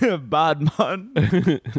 Badman